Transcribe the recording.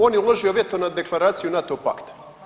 On je uložio veto na Deklaraciju NATO pakta.